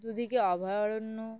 দুদিকে অভয়ারণ্য